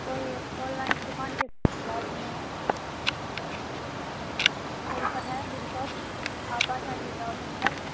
all online की दुकान के बाजू में है हूं जी उधर ही पर है मेरी सॉप आप आ जाइएगा उधर ही पर